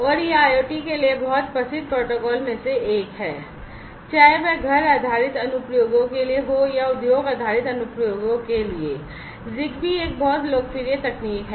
और यह IoT के लिए बहुत प्रसिद्ध प्रोटोकॉल में से एक है चाहे वह घर आधारित अनुप्रयोगों के लिए हो या उद्योग आधारित अनुप्रयोगों के लिए ZigBee एक बहुत लोकप्रिय तकनीक है